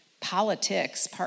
politics